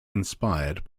inspired